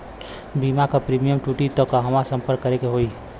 बीमा क प्रीमियम टूटी त कहवा सम्पर्क करें के होई?